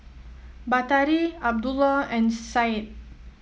Batari Abdullah and Syed